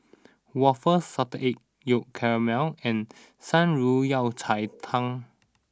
Waffle Salted Egg Yolk Calamari and Shan Rui Yao Cai Tang